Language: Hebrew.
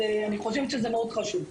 אני חושבת שזה מאוד חשוב.